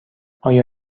آیا